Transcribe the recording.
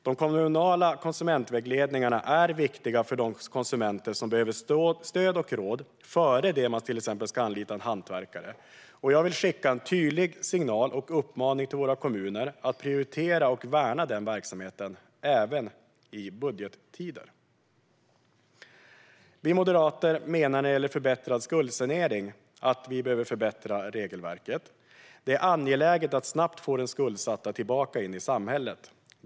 De kommunala konsumentvägledningarna är viktiga för de konsumenter som behöver stöd och råd innan de till exempel anlitar en hantverkare. Jag vill skicka en tydlig signal och uppmaning till våra kommuner att prioritera och värna den verksamheten även i budgettider. När det gäller förbättrad skuldsanering menar vi moderater att regelverket behöver förbättras. Det är angeläget att snabbt få den skuldsatta tillbaka in i samhället.